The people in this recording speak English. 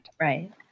Right